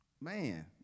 Man